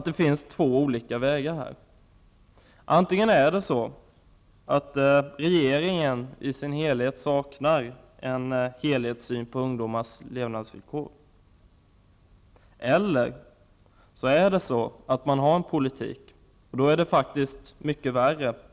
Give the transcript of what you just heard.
Det finns två olika vägar i detta sammanhang. Antingen saknar regeringen i dess helhet en helhetssyn på ungdomars levnadsvillkor, eller också har regeringen en politik. Och då är det tyvärr faktiskt mycket värre.